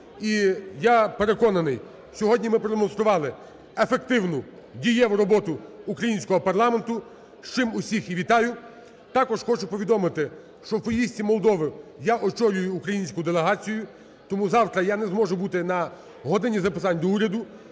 я переконаний, сьогодні ми продемонстрували ефективну, дієву роботу українського парламенту, з чим усіх і вітаю. Також хочу повідомити, що в поїздці Молдови, я очолюю українську делегацію, тому завтра я не зможу бути на Годині запитань до уряду.